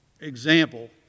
example